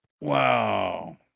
Wow